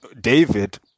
david